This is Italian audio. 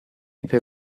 per